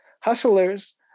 Hustlers